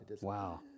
Wow